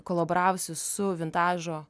kolaboravosi su vintažo